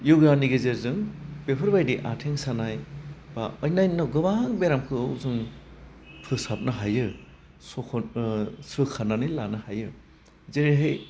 य'गानि गेजेरजों बेफोर बायदि आथिं सानाय बा अन्नायन्न गोबांखौ जों फोसाबनो हायो सख' सोखानानै लानो हायो जेरैहाय